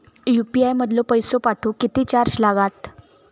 UPI मधलो पैसो पाठवुक किती चार्ज लागात?